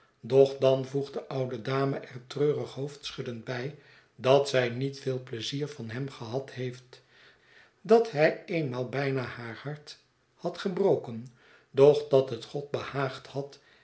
doch dan voegt de oude dame er treurig hoofdschuddend bij dat zij niet veel pleizier van hem gehad heeft dat hij eenmaal bijna haar hart had gebroken doch dat het god behaagd had